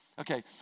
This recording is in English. Okay